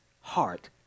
heart